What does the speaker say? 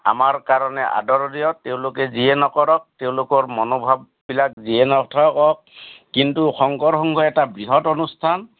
আমাৰ কাৰণে আদৰণীয় তেওঁলোকে যিয়ে নকৰক তেওঁলোকৰ মনোভাৱবিলাক যিয়ে নাথাকক কিন্তু শংকৰ সংঘ এটা বৃহৎ অনুষ্ঠান